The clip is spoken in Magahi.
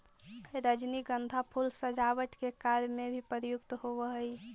रजनीगंधा फूल सजावट के कार्य में भी प्रयुक्त होवऽ हइ